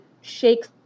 shakes